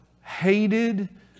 hated